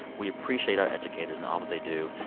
we appreciate our educators and all that they do.